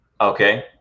Okay